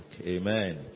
Amen